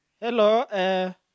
Hello